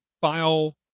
file